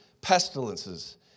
pestilences